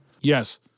Yes